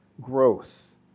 growth